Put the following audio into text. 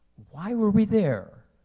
why were we there?